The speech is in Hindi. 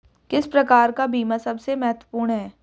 किस प्रकार का बीमा सबसे महत्वपूर्ण है?